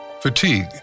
fatigue